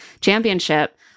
Championship